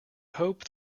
hope